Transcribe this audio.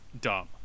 dumb